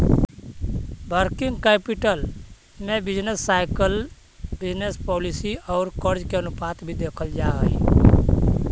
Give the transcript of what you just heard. working capital में business cycle business policy औउर कर्ज के अनुपात भी देखल जा हई